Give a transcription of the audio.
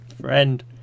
friend